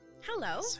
Hello